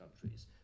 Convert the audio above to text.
countries